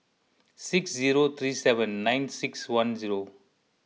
six zero three seven nine six one zero